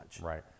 right